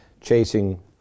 chasing